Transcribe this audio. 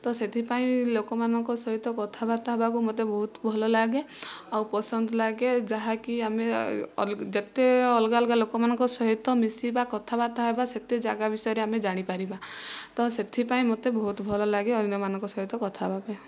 ତ ସେଥିପାଇଁ ଲୋକମାନଙ୍କ ସହିତ କଥାବାର୍ତ୍ତା ହେବାକୁ ମୋତେ ବହୁତ ଭଲ ଲାଗେ ଆଉ ପସନ୍ଦ ଲାଗେ ଯାହା କି ଆମେ ଯେତେ ଅଲଗା ଅଲଗା ଲୋକମାନଙ୍କ ସହିତ ମିଶିବା କଥାବାର୍ତ୍ତା ହେବା ସେତେ ଯାଗା ବିଷୟରେ ଆମେ ଜାଣିପାରିବା ତ ସେଥିପାଇଁ ମୋତେ ବହୁତ ଭଲ ଲାଗେ ଅନ୍ୟମାନଙ୍କ ସହିତ କଥା ହେବା ପାଇଁ